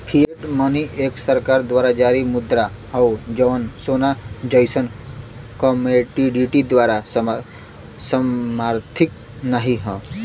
fiat money एक सरकार द्वारा जारी मुद्रा हौ जौन सोना जइसन कमोडिटी द्वारा समर्थित नाहीं हौ